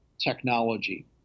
technology